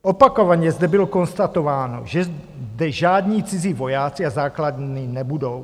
Opakovaně zde bylo konstatováno, že zde žádní cizí vojáci a základny nebudou.